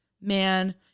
man